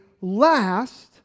last